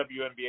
WNBA